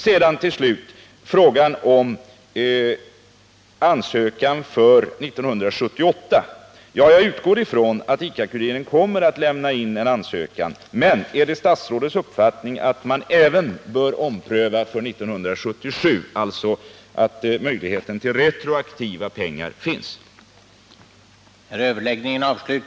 Sedan till slut frågan om ansökan för 1978. Jag utgår från att ICA-Kuriren kommer att lämna in en ansökan, men är det statsrådets uppfattning att man även bör ompröva ansökan för 1977, alltså att det finns möjlighet att få pengar retroaktivt?